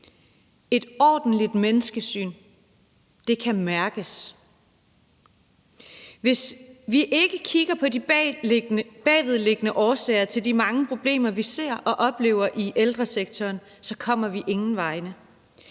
Et ordentligt menneskesyn kan mærkes. Hvis vi ikke kigger på de bagvedliggende årsager til de mange problemer, vi ser og oplever i ældresektoren, så kommer vi ingen vegne.